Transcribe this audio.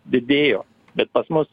didėjo bet pas mus